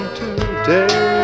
today